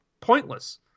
pointless